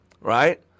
right